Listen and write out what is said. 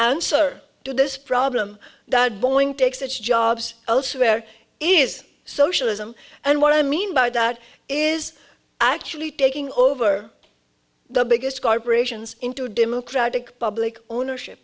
answer to this problem that boeing takes its jobs elsewhere is socialism and what i mean by that is actually taking over the biggest corporations into democratic public ownership